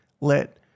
let